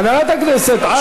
חברת הכנסת עאידה,